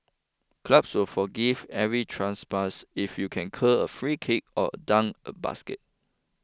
clubs will forgive every transpass if you can curl a free kick or dunk a basket